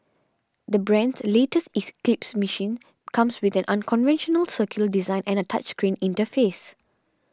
the brand's latest eclipse machine comes with an unconventional circular design and a touch screen interface